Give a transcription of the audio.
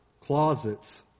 closets